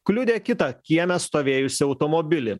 kliudė kitą kieme stovėjusį automobilį